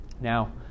Now